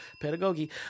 pedagogy